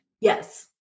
Yes